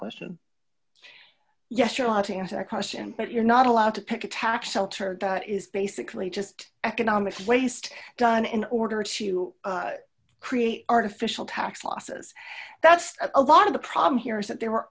question yes you know how to answer that question but you're not allowed to pick a tax shelter that is basically just economics waste done in order to create artificial tax losses that's a lot of the problem here is that there were